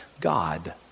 God